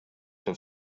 have